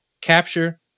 capture